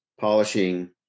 polishing